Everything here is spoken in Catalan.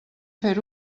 fer